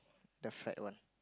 the fat one